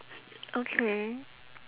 okay